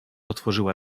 otworzyła